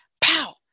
pow